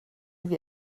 wie